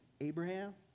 Abraham